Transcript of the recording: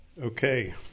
Okay